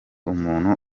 umuntu